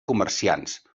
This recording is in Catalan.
comerciants